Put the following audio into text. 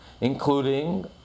including